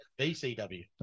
BCW